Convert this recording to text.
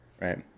Right